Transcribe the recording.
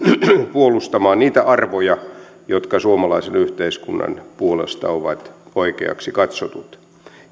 puolustamaan niitä arvoja jotka suomalaisen yhteiskunnan puolesta ovat oikeaksi katsotut